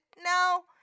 no